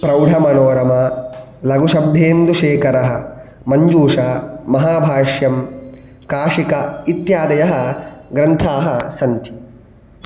प्रौढमनोरमा लघुशब्धेन्दुशेखरः मञ्जूषा महाभाष्यं काशिका इत्यादयः ग्रन्थाः सन्ति